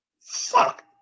Fuck